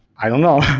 i don't know.